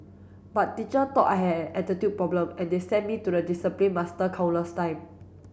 but teacher thought I had an attitude problem and they sent me to the discipline master countless time